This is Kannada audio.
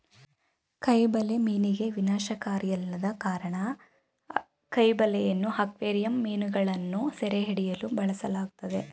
ಕೈ ಬಲೆ ಮೀನಿಗೆ ವಿನಾಶಕಾರಿಯಲ್ಲದ ಕಾರಣ ಕೈ ಬಲೆಯನ್ನು ಅಕ್ವೇರಿಯಂ ಮೀನುಗಳನ್ನು ಸೆರೆಹಿಡಿಯಲು ಬಳಸಲಾಗ್ತದೆ